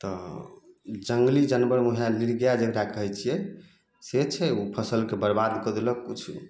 तऽ जङ्गली जानवर वएह नीलगाइ जकरा कहै छिए से छै ओ फसिलके बरबाद कऽ देलक किछु